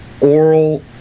oral